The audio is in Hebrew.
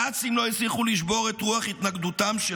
הנאצים לא הצליחו לשבור את רוח התנגדותם של